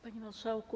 Panie Marszałku!